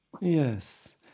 Yes